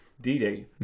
D-Day